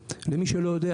יודע,